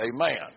amen